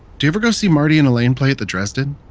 do you ever go see marty and elayne play at the dresden?